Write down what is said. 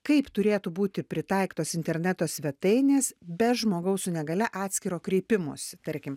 kaip turėtų būti pritaikytos interneto svetainės be žmogaus su negalia atskiro kreipimosi tarkim